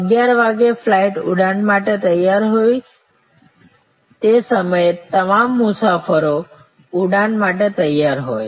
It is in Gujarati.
11 વાગ્યે ફ્લાઇટ ઉડાન માટે તૈયાર હોય તે સમયે તમામ મુસાફરો ઉડાન માટે તૈયાર હોય